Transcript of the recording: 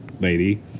lady